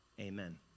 Amen